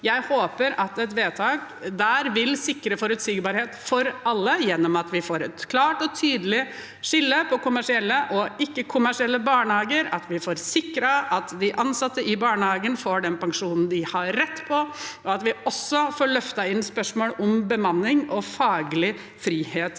Jeg håper at et vedtak der vil sikre forutsigbarhet for alle gjennom at vi får et klart og tydelig skille mellom kommersielle og ikke-kommersielle barnehager, at vi får sikret at de ansatte i barnehagen får den pensjonen de har rett til, og at vi også får løftet inn spørsmål om bemanning og faglig frihet